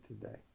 today